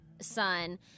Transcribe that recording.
son